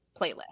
playlist